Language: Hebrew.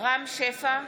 רם שפע,